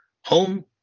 home